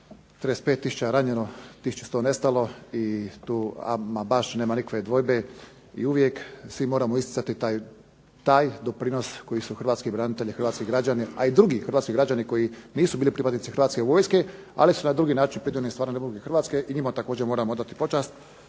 tisuća ranjeno, 1100 nestalo. I tu ama baš nema nikakve dvojbe i uvijek svi moramo isticati taj doprinos koji su hrvatski branitelji, hrvatski građani, a i drugi hrvatski građani koji nisu bili pripadnici Hrvatske vojske, ali su na drugi način pridonijeli stvaranju Republike Hrvatske i njima također moramo odati počast